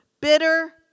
Bitter